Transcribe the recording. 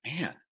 man